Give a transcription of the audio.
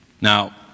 Now